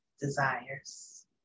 desires